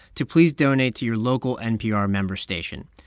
to please donate to your local npr member station.